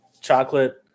chocolate